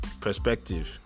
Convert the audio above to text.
perspective